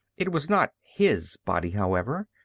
it was not his body, however.